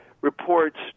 reports